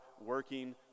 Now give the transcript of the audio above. working